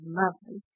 lovely